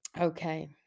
Okay